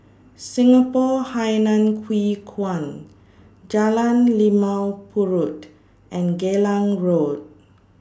Singapore Hainan Hwee Kuan Jalan Limau Purut and Geylang Road